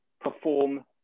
perform